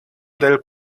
del